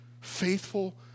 Faithful